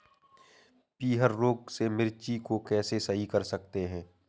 पीहर रोग से मिर्ची को कैसे सही कर सकते हैं?